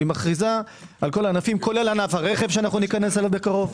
היא מכריזה על כל הענפים כולל ענף הרכב שניכנס אליו בקרוב.